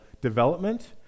development